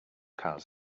cars